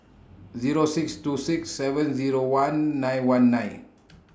Zero six two six seven Zero one nine one nine